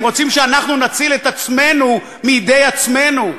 הם רוצים שאנחנו נציל את עצמנו מידי עצמנו,